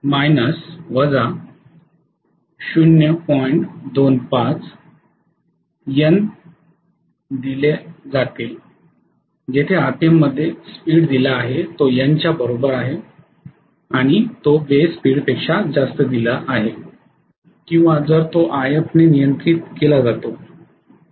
25n दिले जाते येथे आरपीएम मध्ये स्पीड दिलेला आहे तो n च्या बरोबर आहे आणि तो बेस स्पीडपेक्षा जास्त दिलेला आहे किंवा जर तो If ने नियंत्रित करतो